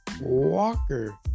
walker